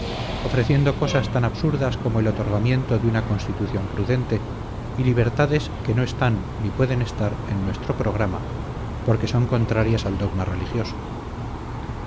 ofreciendo cosas tan absurdas como el otorgamiento de una constitución prudente y libertades que no están ni pueden estar en nuestro programa porque son contrarias al dogma religioso